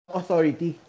authority